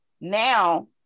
now